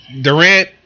Durant